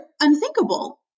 unthinkable